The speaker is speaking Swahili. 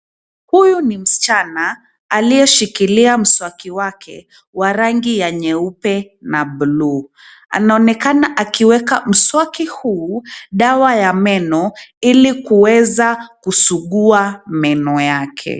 Huyu ni msichana aliyeshikilia mswaki wake wa rangi ya nyeupe na buluu. Anaonekana akiweka mswaki huu dawa ya meno, ili kuweza kusugua meno yake.